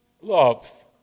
Love